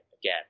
again